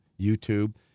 YouTube